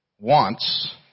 wants